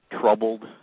troubled